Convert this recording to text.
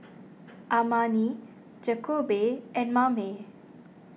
Amani Jakobe and Mame